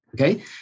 okay